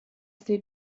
they